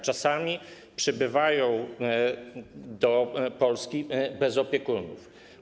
Czasami przybywają do Polski bez opiekunów.